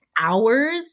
Hours